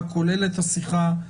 מה כוללת השיחה,